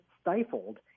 stifled